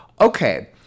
Okay